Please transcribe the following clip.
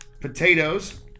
potatoes